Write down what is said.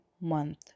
month